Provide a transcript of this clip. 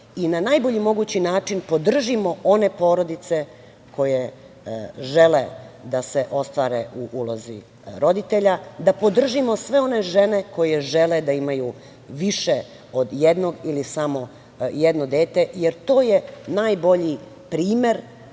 i na najbolji mogući način podržimo one porodice koje žele da se ostvare u ulozi roditelja, da podržimo sve one žene koje žele da imaju više od jednog samo jedno dete, jer to je najbolji primer